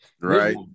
Right